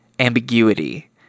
ambiguity